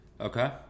Okay